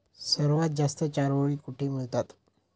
सर्वात जास्त चारोळी कुठे मिळतात?